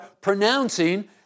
pronouncing